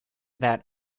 that